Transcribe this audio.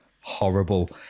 horrible